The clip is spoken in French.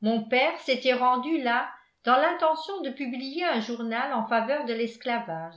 mon père s'était rendu là dans l'intention de publier un journal en faveur de l'esclavage